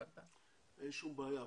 אין שום בעיה,